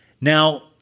Now